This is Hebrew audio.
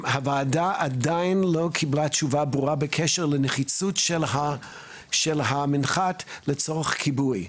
הוועדה עדיין לא קיבלה תשובה ברורה בקשר לנחיצות של המנחת לצורך כיבוי,